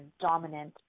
dominant